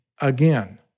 again